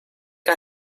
que